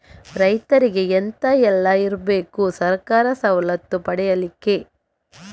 ರೈತರಿಗೆ ಎಂತ ಎಲ್ಲ ಇರ್ಬೇಕು ಸರ್ಕಾರದ ಸವಲತ್ತು ಪಡೆಯಲಿಕ್ಕೆ?